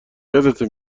یادته